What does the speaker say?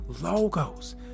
logos